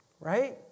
right